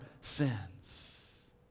sins